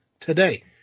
today